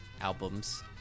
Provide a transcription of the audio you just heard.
albums